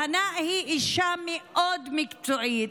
והנא היא אישה מאוד מקצועית,